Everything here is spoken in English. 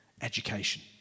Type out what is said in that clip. education